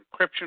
encryption